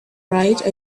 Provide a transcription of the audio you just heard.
write